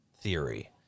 theory